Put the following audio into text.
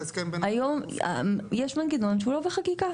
היום יש מנגנון שהוא לא בחקיקה.